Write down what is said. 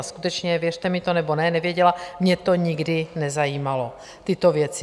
Skutečně, věřte mi to nebo ne, nevěděla, mě to nikdy nezajímalo, tyto věci.